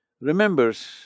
remembers